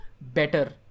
better